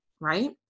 right